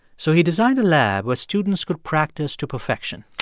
so he designed a lab where students could practice to perfection